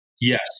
Yes